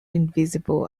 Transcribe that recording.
invisible